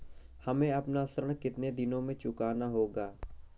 हमें अपना ऋण कितनी दिनों में चुकाना होगा?